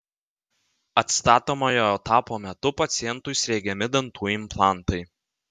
atstatomojo etapo metu pacientui sriegiami dantų implantai